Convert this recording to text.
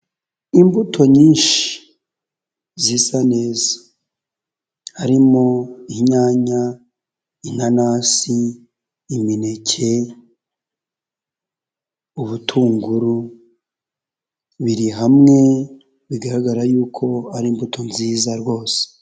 Imbuto nyinshi zisa neza, harimo inyanya, inanasi, imineke, ubutunguru, biri hamwe, bigaragara yuko ari imbuto nziza rwose.